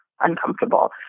uncomfortable